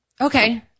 Okay